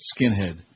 skinhead